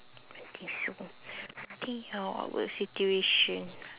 think of awkward situation